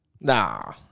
Nah